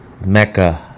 mecca